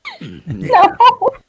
No